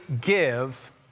give